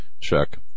check